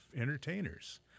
entertainers